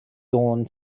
dawn